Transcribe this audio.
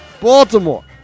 Baltimore